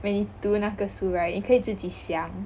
when you 读那个书 right 你可以自己想